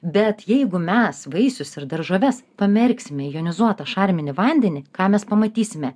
bet jeigu mes vaisius ir daržoves pamerksime į jonizuotą šarminį vandenį ką mes pamatysime